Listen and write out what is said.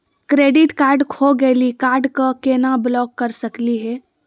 Credit card खो गैली, card क केना ब्लॉक कर सकली हे?